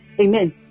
Amen